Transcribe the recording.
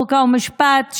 חוק ומשפט,